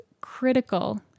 critical